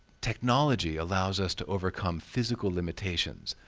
technology allows us to overcome physical limitations.